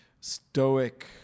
stoic